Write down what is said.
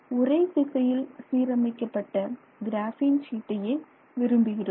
ஒரே திசையில் சீரமைக்கப்பட்ட கிராபின் ஷீட்டையே விரும்புகிறோம்